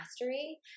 mastery